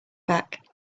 back